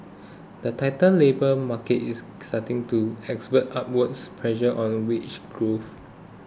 the tighter labour market is starting to expert upwards pressure on a wage growth